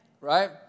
Right